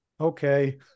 okay